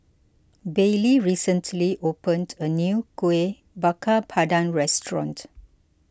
Baylee recently opened a new Kuih Bakar Pandan restaurant